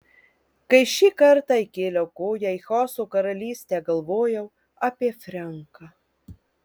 kai šį kartą įkėliau koją į chaoso karalystę galvojau apie frenką